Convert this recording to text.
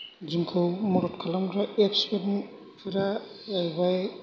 जोंखौ मदद खालामग्रा एप्सफोरा जाहैबाय